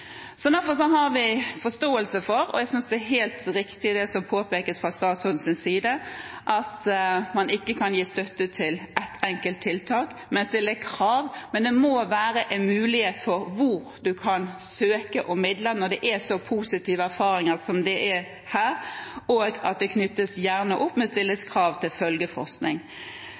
Derfor har vi forståelse for – og jeg synes det er helt riktig, det som påpekes fra statsrådens side – at man ikke kan gi støtte til ett enkelt tiltak, men stille krav. Men det må være en mulighet for hvor man kan søke om midler når det er så positive erfaringer som det er her, og at det gjerne knyttes opp med stillingskrav til